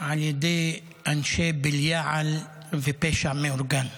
על ידי אנשי בליעל ופשע מאורגן.